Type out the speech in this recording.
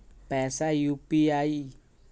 पैसा यू.पी.आई?